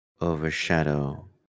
overshadow